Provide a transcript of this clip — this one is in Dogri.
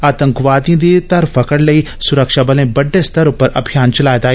आतंकवादिए दी धर फगड़ लेई सुरक्षाबलें बड्डे स्तर उप्पर अभियान चलाए दा ऐ